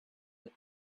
that